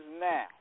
now